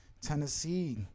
Tennessee –